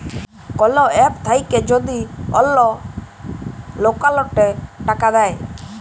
call app থাক্যে যদি অল্লো অকৌলটে টাকা দেয়